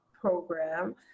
program